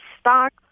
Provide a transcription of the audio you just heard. stock